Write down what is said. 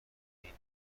این